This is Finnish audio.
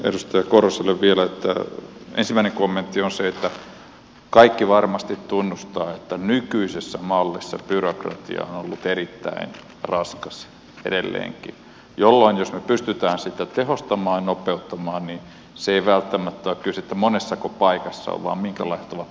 edustaja korhoselle vielä että ensimmäinen kommentti on se että kaikki varmasti tunnustavat että nykyisessä mallissa byrokratia on ollut erittäin raskas edelleenkin jolloin jos me pystymme sitä tehostamaan ja nopeuttamaan ei välttämättä ole kyse siitä monessako paikassa on vaan minkälaiset ovat prosessit